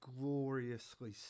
gloriously